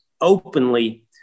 openly